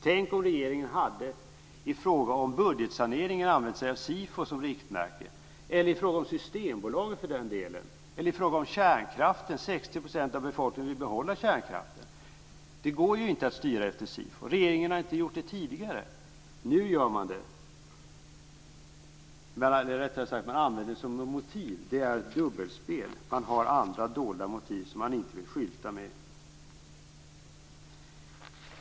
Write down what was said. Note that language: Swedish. Tänk om regeringen hade använt sig av SIFO som riktmärke i fråga om budgetsaneringen, eller i fråga om Systembolaget för den delen. Eller i fråga om kärnkraften - 60 % av befolkningen vill behålla kärnkraften. Det går inte att styra efter SIFO. Regeringen har inte gjort det tidigare. Nu gör man det, dvs. man använder SIFO som motiv. Det är ett dubbelspel. Man har andra dolda motiv som man inte vill skylta med.